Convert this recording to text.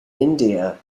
india